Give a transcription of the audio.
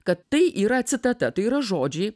kad tai yra citata tai yra žodžiai